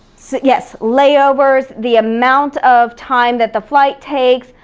so yes, layovers, the amount of time that the flight takes,